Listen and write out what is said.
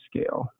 scale